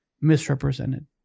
misrepresented